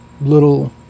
little